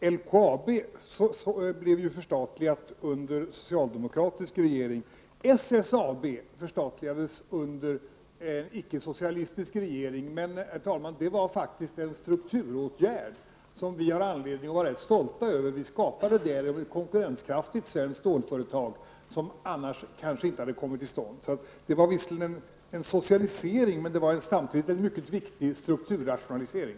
Herr talman! LKAB blev förstatligat under en socialdemokratisk regering. SSAB förstatligades under en icke-socialistisk regering. Men det var faktiskt en strukturåtgärd som vi har anledning att vara stolta över. Vi skapade där ett konkurrenskraftigt svenskt stålföretag som annars kanske inte hade kommit till stånd. Det var visserligen en socialisering, men det var samtidigt en mycket viktig strukturrationalisering.